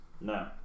No